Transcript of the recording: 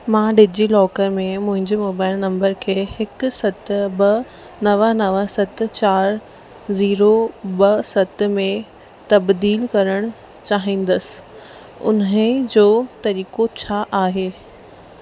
मां डिजिलॉकर में मुंहिंजे मोबाइल नंबर खे हिकु सत ॿ नव नव सत चारि ज़ीरो ॿ सत में तब्दीलु करणु चाहिंदसि उन्हीअ जो तरीक़ो छा आहे